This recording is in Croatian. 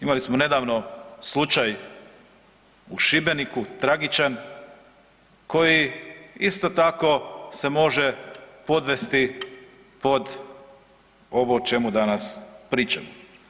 Imali smo nedavno slučaj u Šibeniku tragičan koji isto tako se može podvesti pod ovo o čemu danas pričamo.